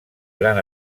gran